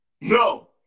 No